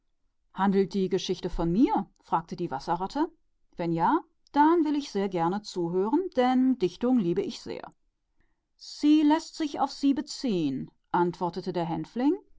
handelt die geschichte von mir fragte der wasserratz wenn sie von mir handelt will ich zuhören denn ich liebe romane sehr sie läßt sich auf sie anwenden sagte der